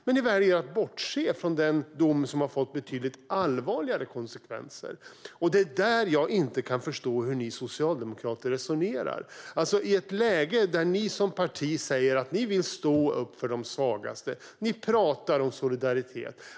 Men ni väljer att bortse från den dom som har fått betydligt allvarligare konsekvenser. Det är där jag inte kan förstå hur ni socialdemokrater resonerar. Ni som parti säger att ni vill stå upp för de svagaste och talar om solidaritet.